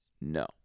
No